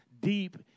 deep